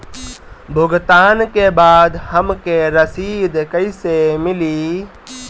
भुगतान के बाद हमके रसीद कईसे मिली?